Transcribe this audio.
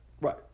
Right